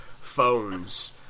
phones